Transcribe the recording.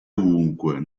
ovunque